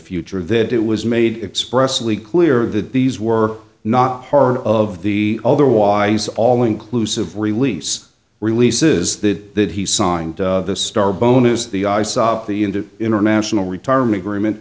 future that it was made expressly clear that these were not part of the otherwise all inclusive release releases that he signed the star bonus the ice up the into international retirement agreement